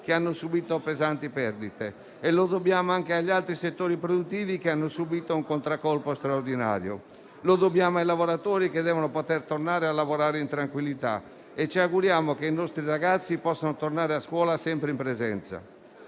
che hanno subito pesanti perdite. Lo dobbiamo anche agli altri settori produttivi che hanno subito un contraccolpo straordinario. Lo dobbiamo ai lavoratori, che devono poter tornare a lavorare in tranquillità. Ci auguriamo che i nostri ragazzi possano tornare a frequentare la scuola sempre in presenza.